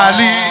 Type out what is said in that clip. Ali